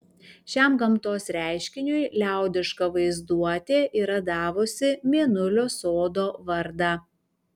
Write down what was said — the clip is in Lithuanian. šiam gamtos reiškiniui liaudiška vaizduotė yra davusi mėnulio sodo vardą